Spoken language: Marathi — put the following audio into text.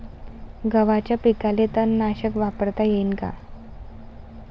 गव्हाच्या पिकाले तननाशक वापरता येईन का?